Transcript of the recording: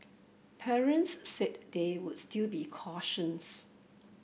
parents said they would still be cautious